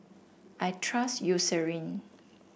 I trust Eucerin